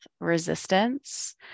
resistance